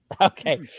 Okay